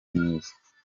myiza